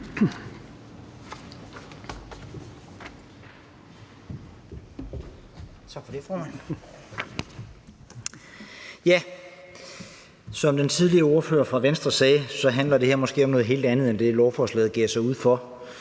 Som den tidligere ordfører for Venstre sagde, handler det her måske om noget helt andet end det, lovforslaget giver sig ud for,